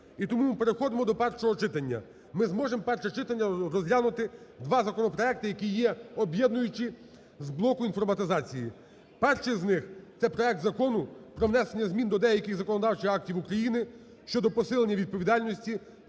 І тому ми переходимо до першого читання, ми зможемо перше читання розглянути два законопроекти, які є об'єднуючі з блоку інформатизації. Перший з них – це проект Закону про внесення змін до деяких законодавчих актів України (щодо посилення відповідальності